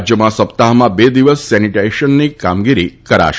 રાજ્યમાં સપ્તાહમાં બે દિવસ સેનીટાશનની કામગીરી કરાશે